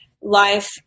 life